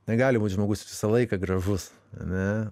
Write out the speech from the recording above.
negali būt žmogus visą laiką gražus ane